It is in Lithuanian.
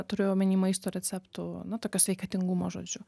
turiu omeny maisto receptų na tokio sveikatingumo žodžiu